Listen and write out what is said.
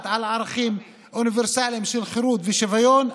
על ערכים אוניברסליים של חירות ושוויון,